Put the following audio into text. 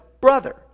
brother